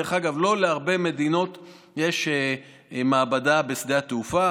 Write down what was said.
דרך אגב, לא להרבה מדינות יש מעבדה בשדה התעופה.